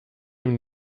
ihm